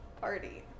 Party